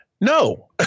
No